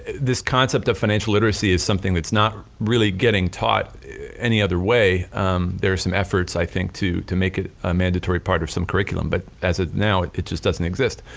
this concept of financial literacy is something that's not really getting taught any other way there are some efforts i think to to make it a mandatory part of some curriculum. but as it now, it it just doesn't exist.